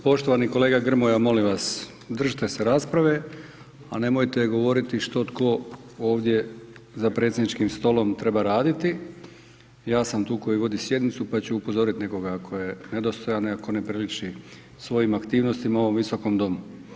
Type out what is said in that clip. Poštovani kolega Grmoja molim vas držite se rasprave, a nemojte govoriti što tko ovdje za predsjedničkim stolom treba raditi, ja sam tu koji vodi sjednicu pa ću upozoriti nekoga ako je nedostojan i ako ne priliči svojim aktivnostima ovom visokom domu.